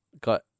got